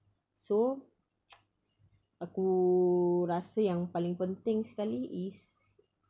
so aku rasa yang paling penting sekali is